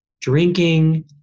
drinking